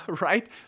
right